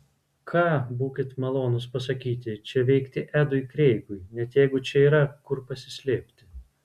ką būkit malonūs pasakyti čia veikti edui kreigui net jeigu čia yra kur pasislėpti